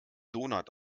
donut